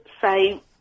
say